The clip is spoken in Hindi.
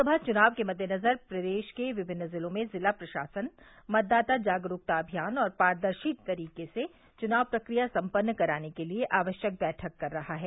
लोकसभा चुनाव के मददेनज़र प्रदेश के विभिन्न ज़िलों में ज़िला प्रशासन मतदाता जागरूकता अभियान और पारदर्शी तरीके से चुनाव प्रक्रिया सम्पन्न कराने के लिए आवश्यक बैठक कर रहा है